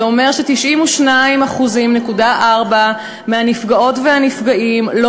זה אומר ש-92.4% מהנפגעות והנפגעים לא